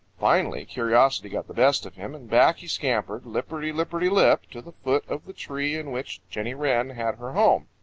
finally curiosity got the best of him, and back he scampered, lipperty-lipperty-lip, to the foot of the tree in which jenny wren had her home.